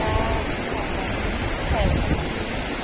दा थिनथा सारि थिनथायाव थांदिनि